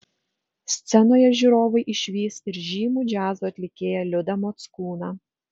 scenoje žiūrovai išvys ir žymų džiazo atlikėją liudą mockūną